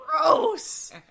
Gross